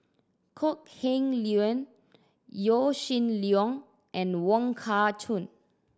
Kok Heng Leun Yaw Shin Leong and Wong Kah Chun